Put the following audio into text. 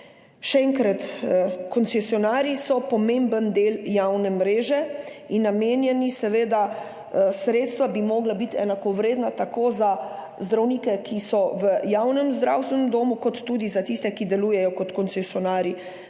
Še enkrat, koncesionarji so pomemben del javne mreže in namenjena sredstva bi morala biti enakovredna tako za zdravnike, ki so v javnem zdravstvenem domu, kot tudi za tiste, ki delujejo kot koncesionarji.